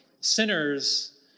Sinners